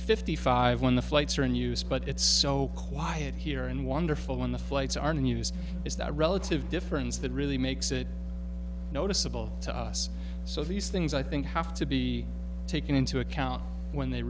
fifty five when the flights are in use but it's so quiet here and wonderful when the flights are news is that relative difference that really makes it noticeable to us so these things i think have to be taken into account when they